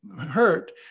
hurt